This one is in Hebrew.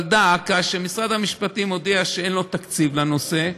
דא עקא, שמשרד המשפטים הודיע שאין לו תקציב לנושא.